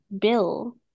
Bill